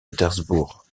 pétersbourg